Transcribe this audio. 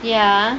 ya